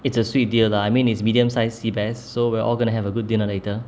it's a sweet deal lah I mean it's medium size seabass so we're all gonna have a good dinner later